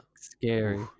Scary